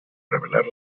revelar